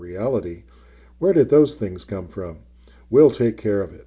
reality where did those things come from we'll take care of it